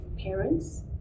parents